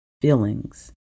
feelings